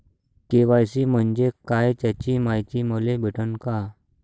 KYC म्हंजे काय त्याची मायती मले भेटन का?